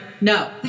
No